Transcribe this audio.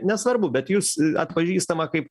nesvarbu bet jūs atpažįstama kaip